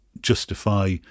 justify